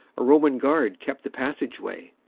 a roman guard kept the passage-way.